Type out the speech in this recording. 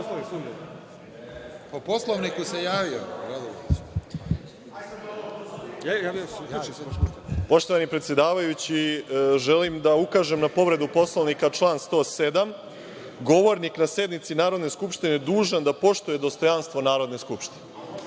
**Boško Obradović** Poštovani predsedavajući, želim da ukažem na povredu Poslovnika član 107. – Govornik na sednici Narodne skupštine dužan je da poštuje dostojanstvo Narodne skupštine.U